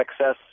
excess